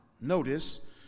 notice